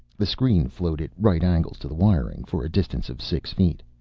the screen flowed at right angles to the wiring, for a distance of six feet.